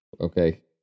okay